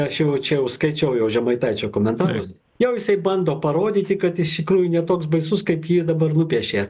aš jau čia jau skaičiau jau žemaitaičio komentarus jau jisai bando parodyti kad iš tikrųjų ne toks baisus kaip jį dabar nupiešė